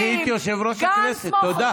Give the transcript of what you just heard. סגנית יושב-ראש הכנסת, תודה.